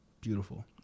Beautiful